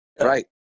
right